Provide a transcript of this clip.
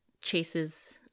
Chase's